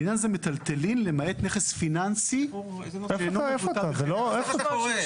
לעניין זה "מיטלטלין" למעט נכס פיננסי שאיננו מבוטא בחפץ".